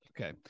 Okay